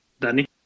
Danny